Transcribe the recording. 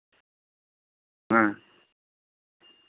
ᱦᱮᱸ